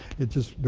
it just,